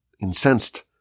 incensed